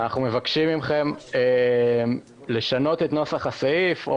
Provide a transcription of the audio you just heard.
מבקשים מכם לשנות את נוסח הסעיף,